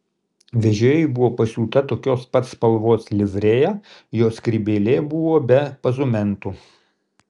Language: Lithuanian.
vežėjui buvo pasiūta tokios pat spalvos livrėja jo skrybėlė buvo be pozumentų